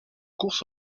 courses